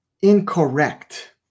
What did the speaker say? incorrect